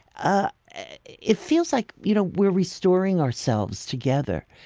ah it feels like you know we're restoring ourselves together.